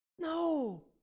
No